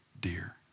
dear